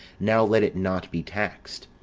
now let it not be taxed.